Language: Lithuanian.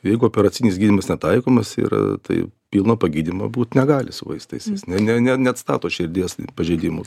jeigu operacinis gydymas netaikomas yra tai pilno pagydymo būt negali su vaistais jis ne ne ne neatstato širdies pažeidimų